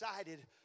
excited